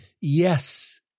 yes